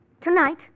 Tonight